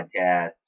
Podcasts